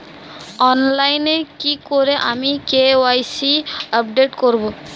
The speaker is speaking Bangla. অনলাইনে কি করে আমি কে.ওয়াই.সি আপডেট করব?